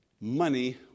money